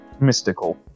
mystical